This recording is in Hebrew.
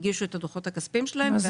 הגישו את הדוחות הכספיים שלהם.